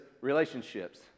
relationships